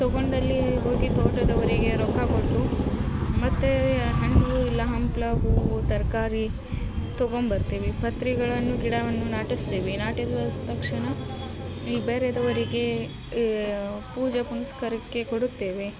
ತಗೊಂಡಲ್ಲಿ ಹೋಗಿ ತೋಟದವರಿಗೆ ರೊಕ್ಕ ಕೊಟ್ಟು ಮತ್ತು ಹಣ್ಣು ಇಲ್ಲ ಹಂಪ್ಲು ಹೂವು ತರಕಾರಿ ತೊಗೊಂಡ್ ಬರ್ತೀವಿ ಪತ್ರಿಗಳನ್ನು ಗಿಡವನ್ನು ನಾಟಿಸ್ತೀವಿ ನಾಟಿದ ತಕ್ಷಣ ಈ ಬೇರೆಯವರಿಗೆ ಈ ಪೂಜೆ ಪುನಸ್ಕಾರಕ್ಕೆ ಕೊಡುತ್ತೇವೆ